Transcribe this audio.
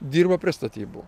dirba prie statybų